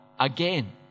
again